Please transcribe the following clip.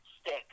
stick